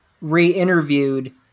re-interviewed